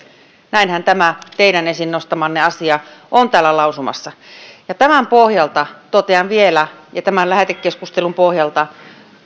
näinhän tämä teidän esiin nostamanne asia on täällä lausumassa tämän pohjalta ja tämän lähetekeskustelun pohjalta totean vielä että